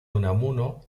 unamuno